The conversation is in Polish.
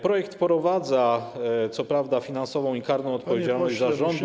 Projekt wprowadza co prawda finansową i karną odpowiedzialność zarządu.